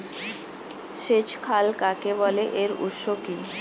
সেচ খাল কাকে বলে এর উৎস কি?